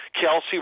Kelsey